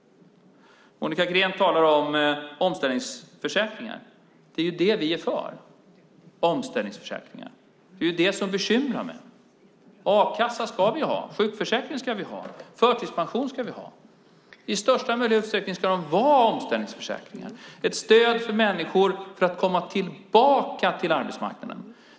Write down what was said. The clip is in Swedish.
Monica Green talar om omställningsförsäkringar. Det är det vi är för: omställningsförsäkringar. Det är det som bekymrar mig. A-kassa ska vi ha. Sjukförsäkring ska vi ha. Förtidspension ska vi ha. I största möjliga utsträckning ska de vara omställningsförsäkringar, ett stöd för människor för att komma tillbaka till arbetsmarknaden.